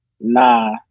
Nah